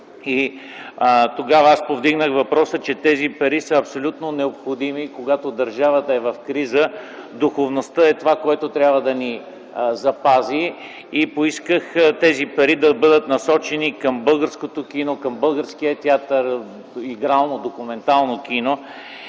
Тогава аз повдигнах въпроса, че тези пари са абсолютно необходими. Когато държавата е в криза, духовността е онова, което трябва да ни запази. Поисках тези пари да бъдат насочени към българското кино, българския театър, игрално и документално кино.